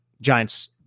Giants